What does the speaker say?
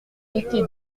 été